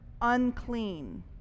unclean